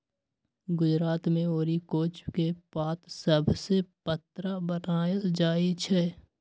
गुजरात मे अरिकोच के पात सभसे पत्रा बनाएल जाइ छइ